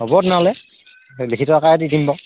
হ'ব তেনেহ'লে এই লিখিত আকাৰে দি দিম বাৰু